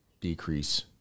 decrease